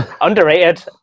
underrated